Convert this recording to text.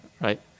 Right